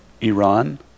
Iran